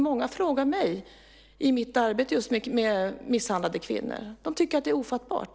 Många frågar mig om detta i mitt arbete med misshandlade kvinnor. De tycker att det är ofattbart.